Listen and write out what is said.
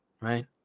right